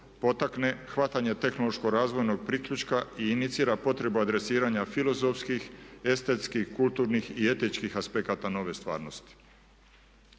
potakne hvatanje tehnološko razvojnog priključka i inicira potrebu adresiranja kulturnih i etičkih aspekata nove stvarnosti.